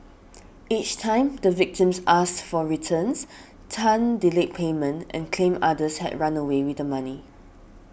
each time the victims asked for their returns Tan delayed payment and claimed others had run away with the money